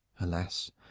Alas